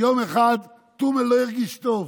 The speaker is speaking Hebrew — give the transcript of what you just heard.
יום אחד טומל לא הרגיש טוב.